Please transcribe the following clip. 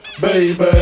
baby